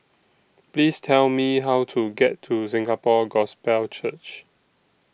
Please Tell Me How to get to Singapore Gospel Church